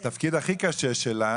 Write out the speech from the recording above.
והתפקיד הכי קשה שלה,